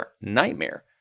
nightmare